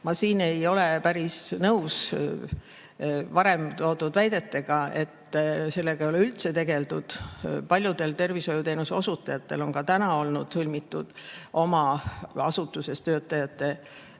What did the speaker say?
Ma ei ole päris nõus siin varem toodud väidetega, et sellega ei ole üldse tegeldud. Paljudel tervishoiuteenuse osutajatel on ka praegu olnud sõlmitud oma asutuse töötajate